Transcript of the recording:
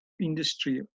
industry